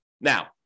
Now